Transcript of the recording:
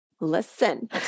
Listen